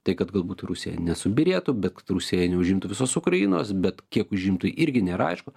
tai kad galbūt rusija nesubyrėtų bet rusija neužimtų visos ukrainos bet kiek užimtų irgi nėra aišku